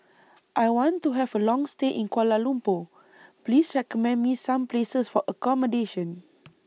I want to Have A Long stay in Kuala Lumpur Please recommend Me Some Places For accommodation